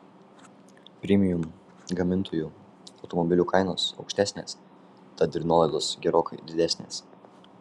premium gamintojų automobilių kainos aukštesnės tad ir nuolaidos gerokai didesnės